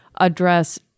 address